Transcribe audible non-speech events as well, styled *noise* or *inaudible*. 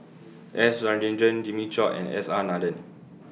*noise* S Rajendran Jimmy Chok and S R Nathan